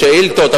שאילתות,